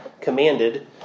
commanded